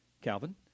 Calvin